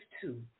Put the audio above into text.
two